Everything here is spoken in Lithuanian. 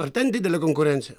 ar ten didelė konkurencija